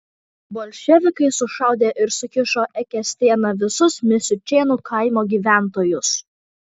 bolševikai sušaudė ir sukišo eketėsna visus misiučėnų kaimo gyventojus